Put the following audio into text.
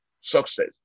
success